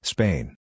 Spain